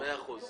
בסדר.